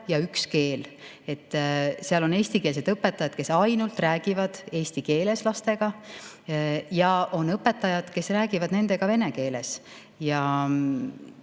ja üks keel. Seal on eestikeelsed õpetajad, kes ainult räägivad lastega eesti keeles. Ja on õpetajad, kes räägivad nendega vene keeles.